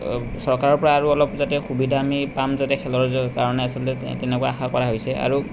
চৰকাৰৰ পৰা আৰু অলপ যাতে সুবিধা আমি পাম যাতে খেলৰ কাৰণে আচলতে তেনেকুৱা আশা কৰা হৈছে আৰু